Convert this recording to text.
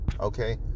okay